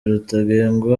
rutagengwa